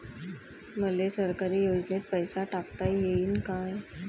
मले सरकारी योजतेन पैसा टाकता येईन काय?